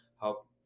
help